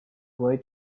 boy